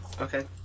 Okay